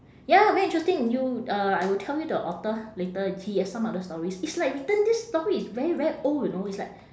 ya very interesting you uh I will tell you the author later he has some other stories it's like written this story is very very old you know it's like